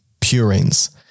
purines